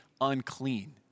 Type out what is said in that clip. unclean